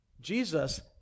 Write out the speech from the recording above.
Jesus